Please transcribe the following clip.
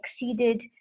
exceeded